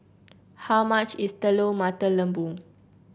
how much is Telur Mata Lembu